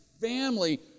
family